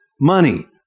money